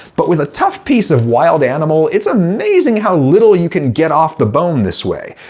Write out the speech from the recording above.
but with a tough piece of wild animal, it's amazing how little you can get off the bone this way.